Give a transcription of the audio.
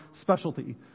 specialty